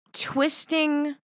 twisting